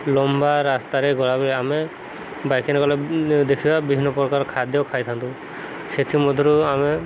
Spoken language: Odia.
ଲମ୍ବା ରାସ୍ତାରେ ଗଲାବେଳେ ଆମେ ବାଇକିଂ ଗଲେ ଦେଖିବା ବିଭିନ୍ନ ପ୍ରକାର ଖାଦ୍ୟ ଖାଇଥାନ୍ତୁ ସେଥିମଧ୍ୟରୁ ଆମେ